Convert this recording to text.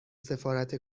سفارت